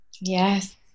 Yes